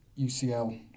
UCL